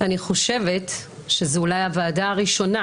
אני חושבת שזאת אולי הוועדה הראשונה